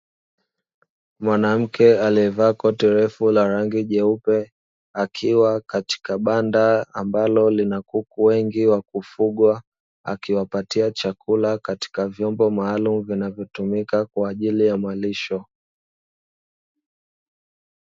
mwanamke aliyevaa koti refu la rangi jeupe akiwa katika banda ambalo lina kuku wengi wa kufugwa, akiwapatia chakula katika vyombo maalumu ambavyo vinatumika kwajili ya malisho.